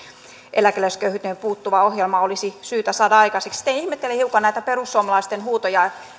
eläkeläisköyhyyteen puuttuva ohjelma olisi syytä saada aikaiseksi sitten ihmettelen hiukan näitä perussuomalaisten huutoja